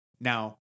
Now